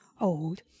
old